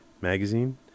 Magazine